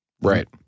Right